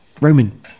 Roman